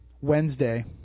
Wednesday